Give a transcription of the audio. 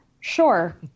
Sure